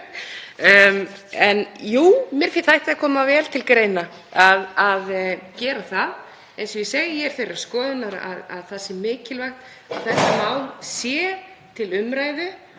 En jú, mér þætti koma vel til greina að gera það. Ég er þeirrar skoðunar að það sé mikilvægt að þetta mál sé til umræðu